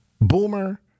boomer